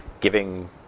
giving